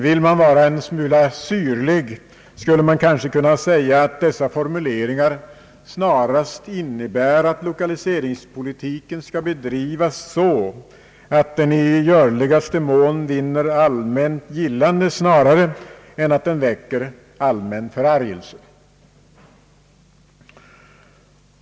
Vill man vara en smula syrlig skulle man kanske kunna säga att dessa formuleringar snarast innebär att lokaliseringspolitiken skall bedrivas så, att den i görligaste mån vinner allmänt gillande snarare än att den väcker allmän förargelse.